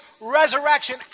resurrection